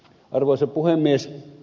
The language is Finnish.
arvoisa puhemies